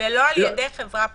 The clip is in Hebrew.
ולא על ידי חברה פרטית.